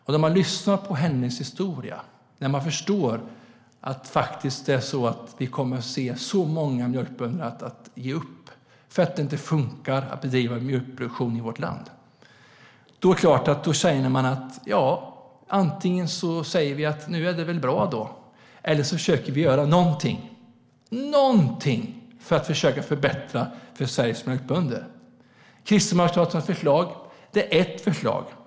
När man lyssnar på hennes historia förstår man att massor av mjölkbönder kan komma att ge upp för att det inte funkar att bedriva mjölkproduktion i vårt land. Då kan man säga att det är gott så - eller så gör man någonting för att försöka förbättra för Sveriges mjölkbönder. Kristdemokraternas förslag är inte det enda tänkbara.